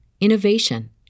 innovation